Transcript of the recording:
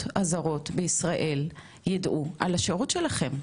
הזרות בישראל יידעו על השירות שלכם?